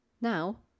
Now